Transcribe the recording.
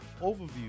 overview